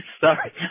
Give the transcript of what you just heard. sorry